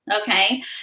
okay